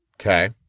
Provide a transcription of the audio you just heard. Okay